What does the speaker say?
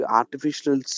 artificial